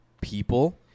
people